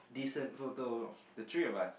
decent photo of the three of us